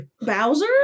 Bowser